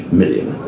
million